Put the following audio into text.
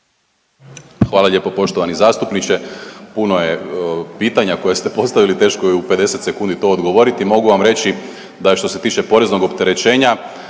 Hvala lijepo poštovani zastupniče. Puno je pitanja koje ste postavili, teško je u 50 sekundi to odgovoriti. Mogu vam reći da je što se tiče poreznog opterećenja